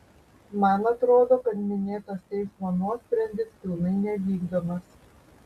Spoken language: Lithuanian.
man atrodo kad minėtas teismo nuosprendis pilnai nevykdomas